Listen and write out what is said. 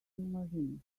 marines